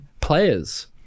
players